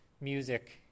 music